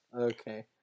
Okay